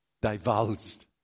divulged